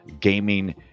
gaming